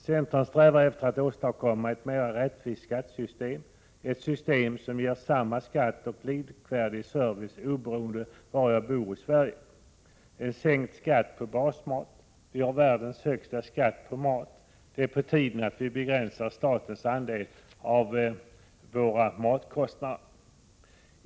Centern strävar efter att åstadkomma ett mera rättvist skattesystem, ett system som ger samma skatt och likvärdig service oberoende av var man bor i Sverige. En sänkning av skatten på basmat — vi har världens högsta skatt på mat. Det är på tiden att vi begränsar statens andel av våra matkostnader.